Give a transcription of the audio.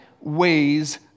ways